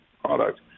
product